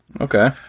Okay